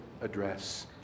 address